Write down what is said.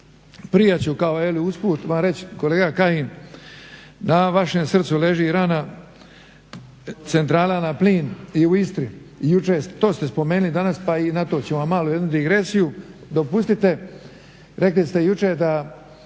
prije ću kao usput vam reći kolega Kajin da na vašem srcu leži rana, centrala na plin i u Istri to ste spomenuli danas, pa i na to ću vam malo jednu digresiju. Dopustite, rekli ste jučer da